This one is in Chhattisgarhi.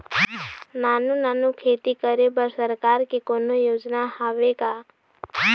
नानू नानू खेती करे बर सरकार के कोन्हो योजना हावे का?